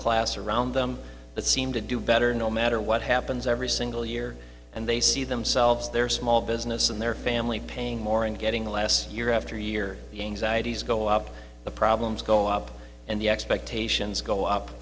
class around them that seem to do better no matter what happens every single year and they see themselves their small business and their family paying more and getting last year after year the anxieties go up the problems go up and the expectations go up